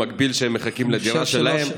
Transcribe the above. במקביל לכך שהם מחכים לדירה שלהם.